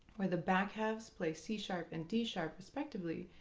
where the back halves play c-sharp and d-sharp, respectively,